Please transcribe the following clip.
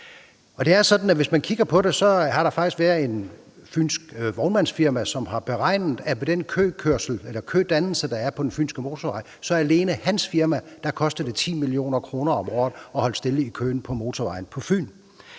er sådan, at der faktisk er et fynsk vognmandsfirma, som har beregnet, at med den kødannelse, der er på den fynske motorvej, koster det alene for hans firma 10 mio. kr. om året at holde stille i køen på motorvejen på Fyn.